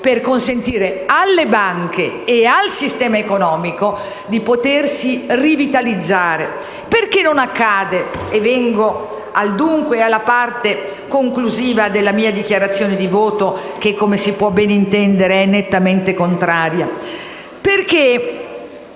per consentire alle banche e al sistema economico di rivitalizzarsi. Giungo al dunque e alla parte conclusiva della mia dichiarazione di voto, che, come si può ben intendere, è nettamente contraria al